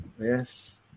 Yes